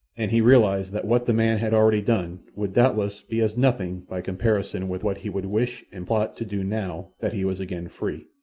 and he realized that what the man had already done would doubtless be as nothing by comparison with what he would wish and plot to do now that he was again free.